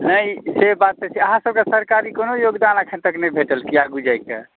नहि से बात तऽ छै अहाँसभके सरकारी कोनो योगदान अखन तक नहि भेटल की बुझाइया मिथिलाके